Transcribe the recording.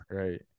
right